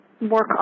work